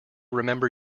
remember